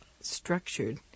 structured